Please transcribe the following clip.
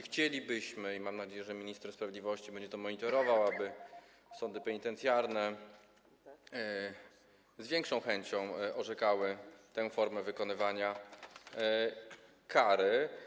Chcielibyśmy - i mam nadzieję, że minister sprawiedliwości będzie to monitorował - aby sądy penitencjarne z większą chęcią orzekały tę formę wykonywania kary.